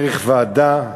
דרך ועדה,